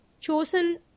chosen